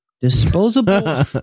disposable